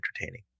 entertaining